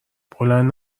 بلند